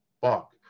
fuck